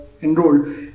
Enrolled